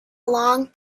long